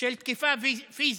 של תקיפה פיזית.